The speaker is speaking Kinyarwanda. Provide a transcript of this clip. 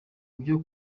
byo